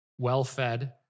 well-fed